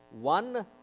one